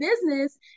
business